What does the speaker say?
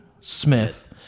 Smith